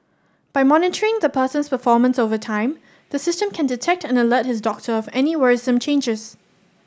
by monitoring the person's performance over time the system can detect and alert his doctor of any worrisome changers